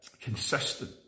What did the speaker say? Consistent